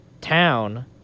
town